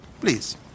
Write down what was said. Please